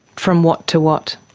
from what to what?